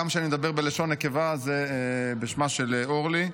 גם כשאני מדבר בלשון נקבה זה בשמה של אורלי.